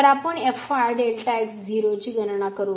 तर आपण ची गणना करू